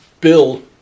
bill